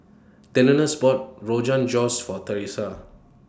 Delois bought Rogan Josh For Theresa